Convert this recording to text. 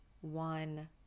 one